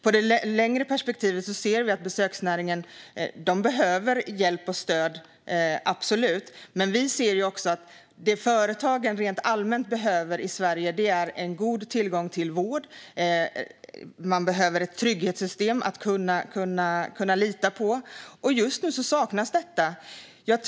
I det längre perspektivet ser vi att besöksnäringen behöver hjälp och stöd, absolut. Men vi ser också att det företagen i Sverige rent allmänt behöver är god tillgång till vård och ett trygghetssystem som man kan lita på, och just nu saknas detta.